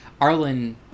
Arlen